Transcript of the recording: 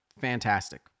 Fantastic